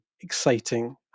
exciting